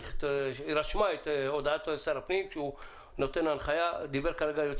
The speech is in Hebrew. היא רשמה את הודעת שר הפנים שהוא נותן הנחייה דיבר כרגע היועץ